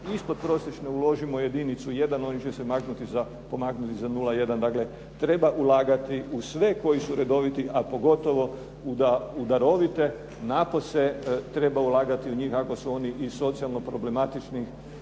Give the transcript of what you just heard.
ispod prosječne uložimo jedinicu 1 oni će se maknuti za, pomaknuti za 0,1. Dakle, treba ulagati u sve koji su redoviti, a pogotovo u darovite. Napose treba ulagati u njih ako su oni iz socijalno problematičnih